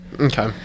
okay